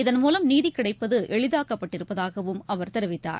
இதன்மூலம் நீதிகிடைப்பதுஎளிதாக்கப்பட்டிருப்பதாகவம் அவர் தெரிவித்தார்